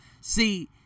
See